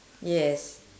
yes